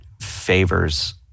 favors